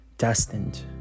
destined